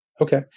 Okay